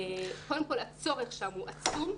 קודם כל, הצורך שם הוא עצום.